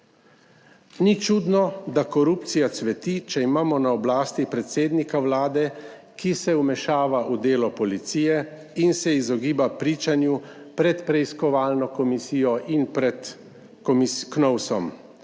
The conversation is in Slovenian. Ni čudno, da korupcija cveti, če imamo na oblasti predsednika Vlade, ki se vmešava v delo policije in se izogiba pričanju pred preiskovalno komisijo in pred Knovsom,